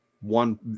one